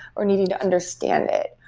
or needing to understand it,